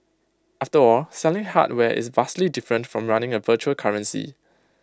after all selling hardware is vastly different from running A virtual currency